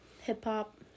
hip-hop